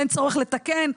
ואין צורך לתקן,